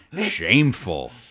Shameful